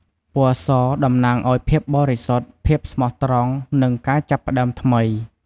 ពណ៌ស តំណាងឲ្យ ភាពបរិសុទ្ធ ភាពស្មោះត្រង់ និង ការចាប់ផ្តើមថ្មី។